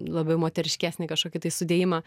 labai moteriškesnį kažkokį tai sudėjimą